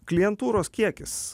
klientūros kiekis